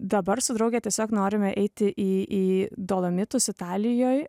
dabar su drauge tiesiog norime eiti į į dolomitus italijoj